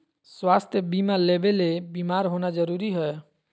स्वास्थ्य बीमा लेबे ले बीमार होना जरूरी हय?